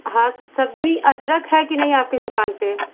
हाँ सबनी अदरख है कि नहीं आपकी दुकान पर